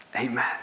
Amen